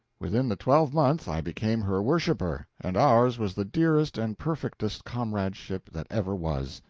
within the twelvemonth i became her worshiper and ours was the dearest and perfectest comradeship that ever was.